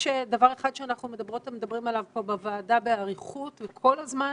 יש דבר אחד שאנחנו מדברות ומדברים עליו פה בוועדה באריכות וכל הזמן,